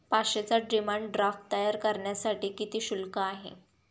पाचशेचा demand draft तयार करण्यासाठी किती शुल्क आहे?